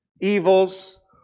evils